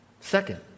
Second